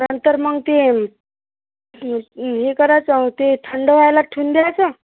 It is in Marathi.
नंतर मग ते हे करायचं ते थंड व्हायला ठेऊन द्यायचं